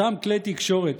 אותם כלי תקשורת,